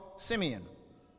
Simeon